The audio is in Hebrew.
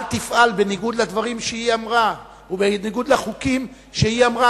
אל תפעל בניגוד לדברים שהיא אמרה ובניגוד לחוקים שהיא אמרה,